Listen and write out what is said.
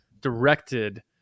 directed